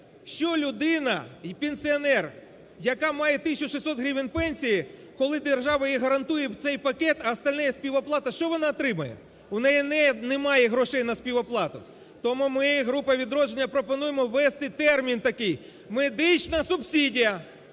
що людина, пенсіонер, яка має 1600 гривень пенсії, коли держава їй гарантує цей пакет, а остальне – співоплата, що вона отримає? У неї немає грошей на співоплату. Тому ми, групи "Відродження" пропонує ввести термін такий "медична субсидія",